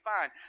fine